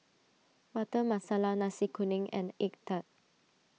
Butter Masala Nasi Kuning and Egg Tart